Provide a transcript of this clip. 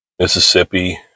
Mississippi